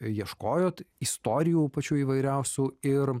ieškojot istorijų pačių įvairiausių ir